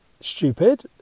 stupid